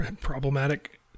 problematic